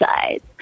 sides